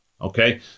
okay